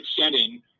setting